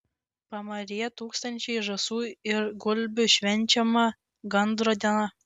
pamaryje tūkstančiai žąsų ir gulbių švenčiama gandro diena